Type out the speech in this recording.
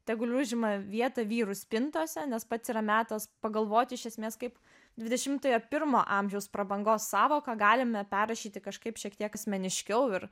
tegul užima vietą vyrų spintose nes pats yra metas pagalvoti iš esmės kaip dvidešimtojo pirmo amžiaus prabangos sąvoką galime perrašyti kažkaip šiek tiek asmeniškiau ir